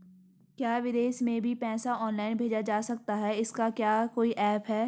क्या विदेश में भी पैसा ऑनलाइन भेजा जा सकता है इसका क्या कोई ऐप है?